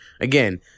again